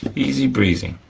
easy breezy.